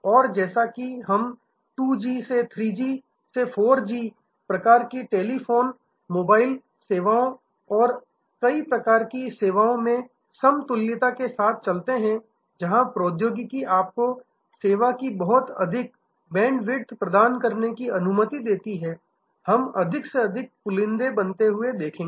और जैसा कि हम 2 जी से 3 जी से 4 जी प्रकार की मोबाइल टेलीफोन सेवाओं और कई अन्य प्रकार की सेवाओं में समतुल्यता के साथ चलते हैं जहां प्रौद्योगिकी आपको सेवा की बहुत अधिक बैंडविड्थ प्रदान करने की अनुमति देती है हम अधिक से अधिक पुलिदे बनाते हुए देखेंगे